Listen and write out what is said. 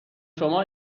شما